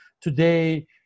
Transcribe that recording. Today